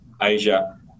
Asia